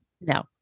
No